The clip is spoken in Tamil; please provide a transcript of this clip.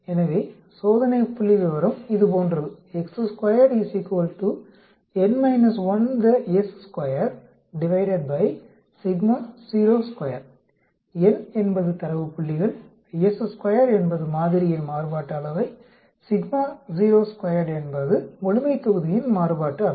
எனவே சோதனை புள்ளிவிவரம் இது போன்றது n என்பது தரவு புள்ளிகள் s2 என்பது மாதிரியின் மாறுபாட்டு அளவை என்பது முழுமைத்தொகுதியின் மாறுபாட்டு அளவை